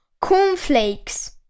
cornflakes